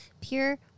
pure